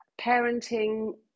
parenting